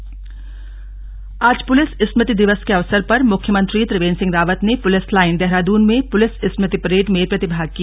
police स्मृति दिवस आज पुलिस स्मति दिवस के अवसर पर मुख्यमंत्री त्रिवेन्द्र सिंह रावत ने पुलिस लाईन देहरादून में पुलिस स्मृति परेड में प्रतिभाग किया